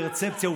פרספציה.